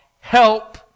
help